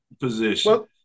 position